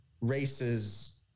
races